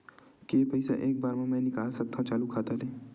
के पईसा एक बार मा मैं निकाल सकथव चालू खाता ले?